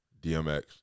DMX